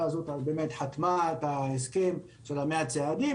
הזאת חתמה על ההסכם של 100 צעדים,